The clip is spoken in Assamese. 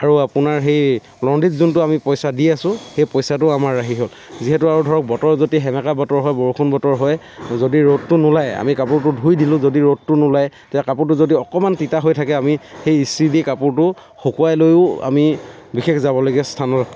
আৰু আপোনাৰ সেই লণ্ড্ৰীত যোনটো আমি পইচা দি আছোঁ সেই পইচাটো আমাৰ ৰাহি হ'ল যিহেতু আৰু ধৰক বতৰ যদি সেমেকা বতৰ হয় বৰষুণ বতৰ হয় যদি ৰ'দটো নোলায় আমি কাপোৰটো ধুই দিলো যদিও ৰ'দটো নোলায় তেতিয়া কাপোৰটো যদি অকণমান তিতা হৈ থাকে আমি সেই ইস্ত্ৰি দি কাপোৰটো শুকুৱাই লৈও আমি বিশেষ যাবলগীয়া স্থান